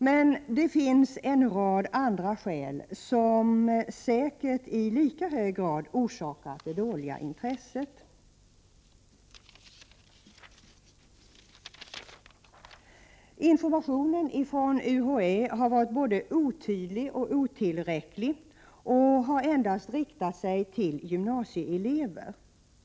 Det finns emellertid en rad andra skäl som säkert i lika hög grad ligger bakom det dåliga intresset. Informationen från UHÄ har varit både otydlig och otillräcklig, och den har endast riktat sig till gymnasieelever.